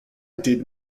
did